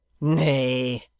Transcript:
nay.